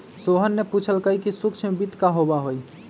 सोहन ने पूछल कई कि सूक्ष्म वित्त का होबा हई?